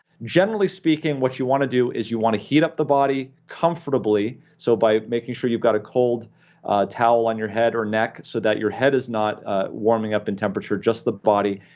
generally speaking, what you want to do is you want to heat up the body comfortably, so by making sure you've got a cold towel on your head or neck, so that your head is not ah warming up in temperature, just the body.